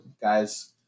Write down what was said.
guys